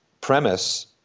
premise